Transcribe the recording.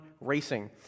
racing